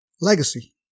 Legacy